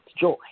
joy